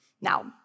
Now